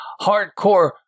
hardcore